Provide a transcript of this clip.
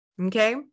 Okay